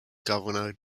governor